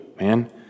man